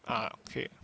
ah okay